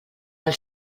del